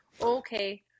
Okay